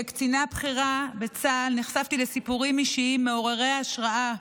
כקצינה בכירה בצה"ל נחשפתי לסיפורים אישיים מעוררי השראה,